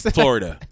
Florida